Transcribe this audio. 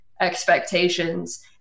expectations